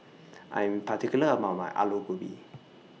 I Am particular about My Aloo Gobi